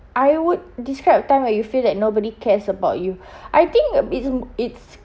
I would describe a time where you feel that nobody cares about you I think it's it's